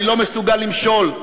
אני לא מסוגל למשול,